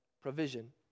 provision